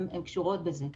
הן קשורות בזה.